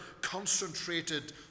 concentrated